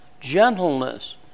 Gentleness